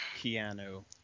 piano